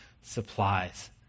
supplies